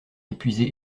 épuisé